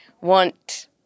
want